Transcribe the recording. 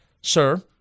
Sir